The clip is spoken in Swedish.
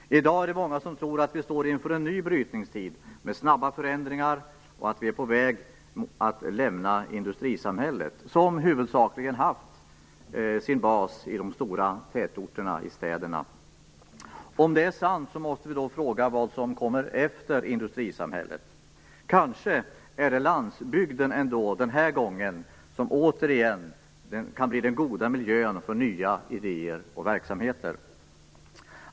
I dag är det många som tror att vi står inför en ny brytningstid med snabba förändringar och att vi är på väg att lämna industrisamhället, som huvudsakligen haft sin bas i de stora tätorterna, i städerna. Om det är sant måste vi fråga vad som kommer efter industrisamhället. Kanske är det ändå landsbygden som den här gången återigen kan bli den goda miljön för nya idéer och verksamheter?